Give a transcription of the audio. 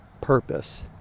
purpose